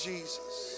Jesus